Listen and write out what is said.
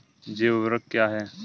जैव ऊर्वक क्या है?